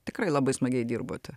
tikrai labai smagiai dirbote